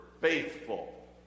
faithful